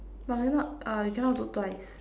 but we're not uh we cannot do twice